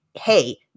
hey